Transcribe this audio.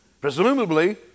presumably